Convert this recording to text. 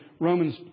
Romans